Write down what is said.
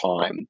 time